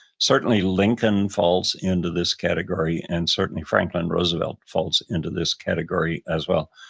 certainly lincoln falls into this category and certainly franklin roosevelt falls into this category as well.